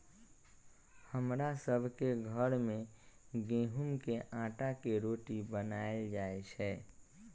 हमरा सभ के घर में गेहूम के अटा के रोटि बनाएल जाय छै